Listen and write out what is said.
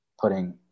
putting